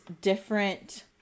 different